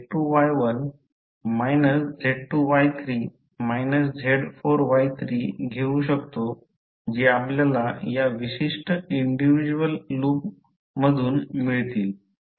आपण Z2Y1 Z2Y3 Z4Y3 घेऊ शकतो जे आपल्याला या विशिष्ट इंडिव्हिजवल लूपमधून मिळतील